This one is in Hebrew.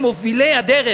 הם מובילי הדרך,